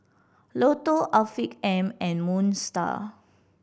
Lotto Afiq M and Moon Style